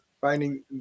finding